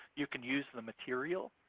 you can use the material,